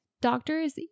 Doctors